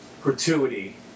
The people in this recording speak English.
gratuity